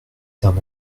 d’un